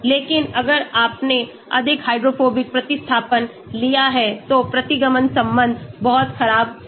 लेकिन अगर आपने अधिक हाइड्रोफोबिक प्रतिस्थापन लिया है तो प्रतिगमन संबंध बहुत खराब हो सकता है